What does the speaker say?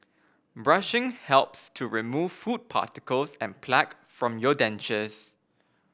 brushing helps to remove food particles and plaque from your dentures